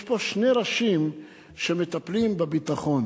הוא שיש פה שני ראשים שמטפלים בביטחון.